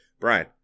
Brian